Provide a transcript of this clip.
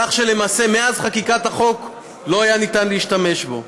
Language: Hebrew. כך שלמעשה מאז חקיקת החוק לא היה ניתן להשתמש בו.